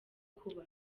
kuba